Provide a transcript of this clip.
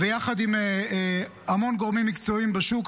יחד עם המון גורמים מקצועיים בשוק.